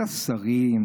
לשרים,